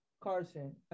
Carson